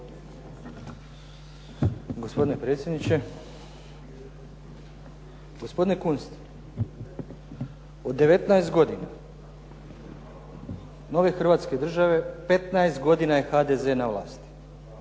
Gospodine predsjedniče. Gospodine Kunst, od 19 godina nove Hrvatske države, 15 godina je HDZ na vlasti.